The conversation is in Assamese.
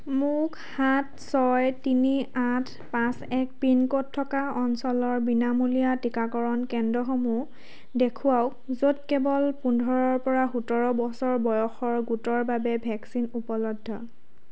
মোক সাত ছয় তিনি আঠ পাঁচ এক পিন ক'ড থকা অঞ্চলৰ বিনামূলীয়া টীকাকৰণ কেন্দ্ৰসমূহ দেখুৱাওক য'ত কেৱল পোন্ধৰৰ পৰা সোতৰ বছৰ বয়সৰ গোটৰ বাবে ভেকচিন উপলব্ধ